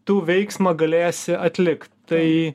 tu veiksmą galėsi atlik tai